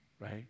right